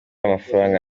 amafaranga